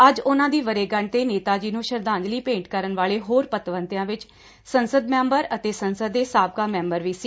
ਅੱਜ ਉਨਾਂ ਦੀ ਵਰੇਗੰਢ ਤੇ ਨੇਤਾ ਜੀ ਨੂੰ ਸ਼ਰਧਾਜਲੀ ਭੇਂਟ ਕਰਨ ਵਾਲੇ ਹੋਰ ਪਤਵੰਤਿਆਂ ਵਿਚ ਸੰਸਦ ਮੈਂਬਰ ਅਤੇ ਸੰਸਦ ਦੇ ਸਾਬਕਾ ਮੈ ਬਰ ਵੀ ਸੀ